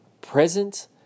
present